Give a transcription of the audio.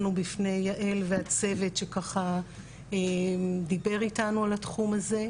בפני יעל והצוות שדיבר איתנו על התחום הזה.